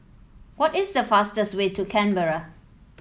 what is the fastest way to Canberra